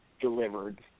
delivered